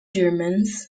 germans